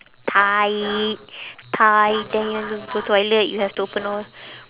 tie it tie then you want to go toilet you have to open all